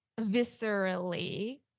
viscerally